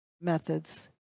methods